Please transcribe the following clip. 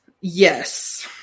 Yes